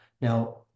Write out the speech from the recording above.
Now